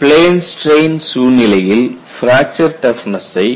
plane strain சூழ்நிலையில் fracture டஃப்னஸ்சை